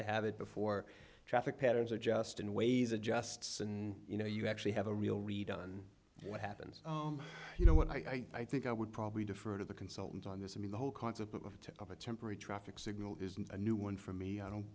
to have it before traffic patterns are just in ways adjusts and you know you actually have a real read on what happens you know what i think i would probably defer to the consultant on this i mean the whole concept of to a temporary traffic signal isn't a new one for me i don't